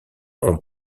ont